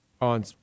on